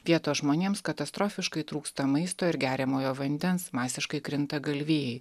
vietos žmonėms katastrofiškai trūksta maisto ir geriamojo vandens masiškai krinta galvijai